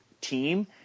team